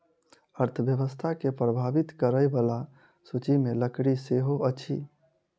अर्थव्यवस्था के प्रभावित करय बला सूचि मे लकड़ी सेहो अछि